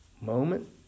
moment